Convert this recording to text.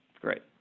great